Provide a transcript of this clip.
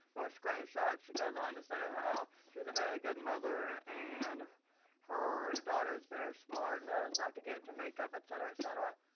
or screenshots, she goes on to say how she's a very good mother and her daughter is very smart, knows not to get into makeup, etcetera, etcetera.